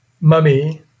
mummy